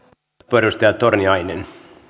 arvoisa herra